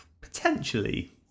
Potentially